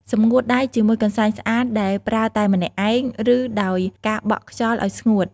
សម្ងួតដៃ ជាមួយកន្សែងស្អាតដែលប្រើតែម្នាក់ឯង ឬដោយការបក់ខ្យល់ឱ្យស្ងួត។